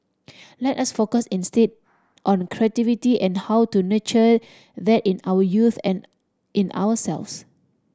let us focus instead on creativity and how to nurture that in our youth and in ourselves